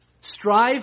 strive